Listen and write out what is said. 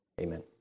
amen